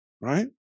right